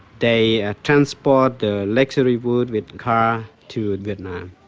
they ah transport the luxury wood with car to vietnam.